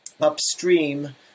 upstream